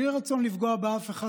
בלי רצון לפגוע באף אחד,